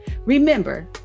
Remember